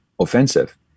offensive